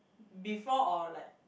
before or like